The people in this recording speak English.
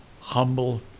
humble